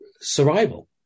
survival